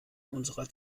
unserer